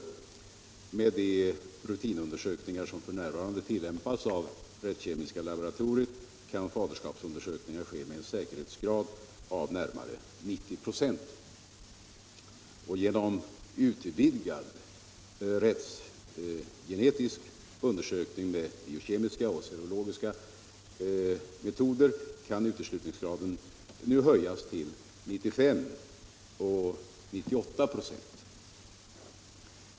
Med de rutinundersökningar som f.n. tillämpas av rättskemiska laboratoriet kan faderskapsundersökningar ske med en säkerhetsgrad av närmare 90 26. Genom utvidgad rättsgenetisk undersökning med biokemiska och serologiska metoder kan uteslutningsgraden nu höjas till 95 och t.o.m. 98 96.